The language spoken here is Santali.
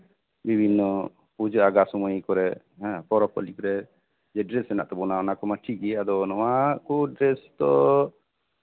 ᱵᱤᱵᱷᱤᱱᱱᱚ ᱯᱩᱡᱟ ᱟᱪᱟᱨ ᱥᱚᱢᱚᱭ ᱯᱚᱨᱚᱵ ᱯᱟᱞᱤ ᱠᱚᱨᱮ ᱡᱮ ᱰᱨᱮᱥ ᱦᱮᱱᱟᱜ ᱛᱟᱵᱚᱱᱟ ᱚᱱᱟ ᱠᱚᱢᱟ ᱴᱤᱠ ᱜᱮ ᱟᱫᱚ ᱱᱚᱣᱟ ᱠᱚ ᱰᱨᱮᱥ ᱫᱚ